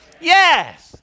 Yes